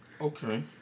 Okay